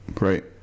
right